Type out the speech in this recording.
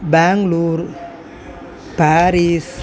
Bangalore Paris